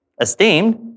esteemed